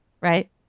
right